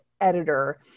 editor